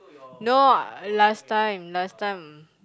no uh last time last time